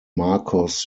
marcos